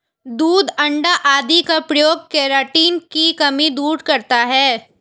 दूध अण्डा आदि का प्रयोग केराटिन की कमी दूर करता है